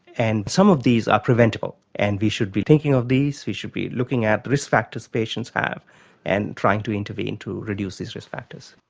and some of these are preventable and we should be thinking of these, we should be looking at the risk factors patients have and trying to intervene to reduce these risk factors.